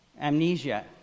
amnesia